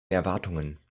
erwartungen